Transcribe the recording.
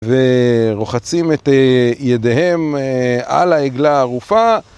ורוחצים את ידיהם על העגלה הערופה